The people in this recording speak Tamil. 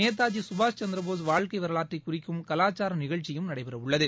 நேதாஜி சுபாஷ் சந்திரபோஸ் வாழ்க்கை வரலாற்றை குறிக்கும் கலாச்சார நிகழ்ச்சியும் நடைபெற உள்ளது